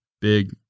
big